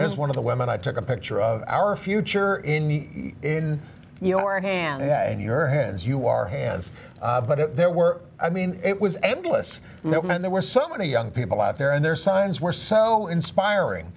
was one of the women i took a picture of our future in in your hands and your hands you are hands but there were i mean it was a bliss moment there were so many young people out there and their signs were so inspiring